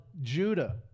Judah